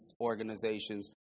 organizations